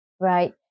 Right